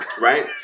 Right